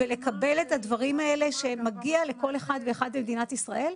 ולקבל את הדברים האלה שמגיע לכל אחד ואחד במדינת ישראל.